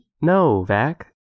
Novak